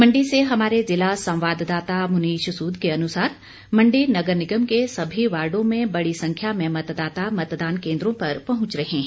मंडी से हमारे जिला संवाददाता मुनीष सूद के अनुसार मंडी नगर निगम के सभी वार्डों में बड़ी संख्या में मतदाता मतदान केंद्रों पर पहुंच रहे हैं